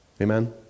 Amen